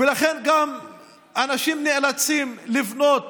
ולכן אנשים נאלצים לבנות